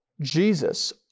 Jesus